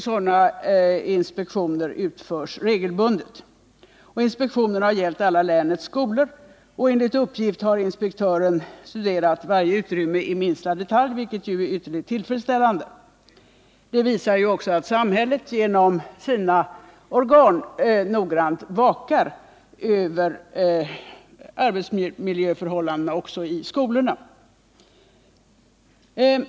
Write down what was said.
Sådana inspektioner utförs regelbundet. Inspektionen har gällt alla länets skolor, och enligt uppgift har inspektören studerat varje utrymme i minsta detalj, vilket ju är ytterligt tillfredsställande. Det visar att samhället genom sina organ noggrant vakar över arbetsmiljöförhållandena också i skolorna.